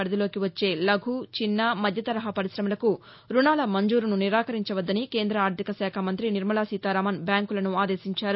పరిధిలోకి వచ్చే లఘు చిన్న మధ్య తరహా పరిశమలకు రుణాల మంజూరుసు నిరాకరించ వద్దని కేంద్ర ఆర్దిక శాఖ మంతి నిర్మలా సీతారామన్ బ్యాంకులను ఆదేశించారు